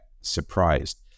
surprised